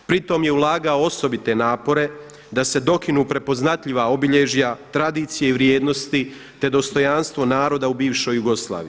Pritom je ulagao osobite napore da se dokinu prepoznatljiva obilježja tradicije i vrijednosti, te dostojanstvo naroda u bivšoj Jugoslaviji.